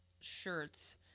shirts